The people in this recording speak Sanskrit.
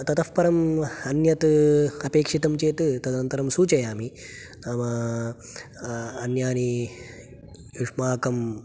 ततः परम् अन्यत् अपेक्षितं चेत् तदन्तरं सूचयामि नाम अन्यानि युष्माकं